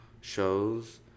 shows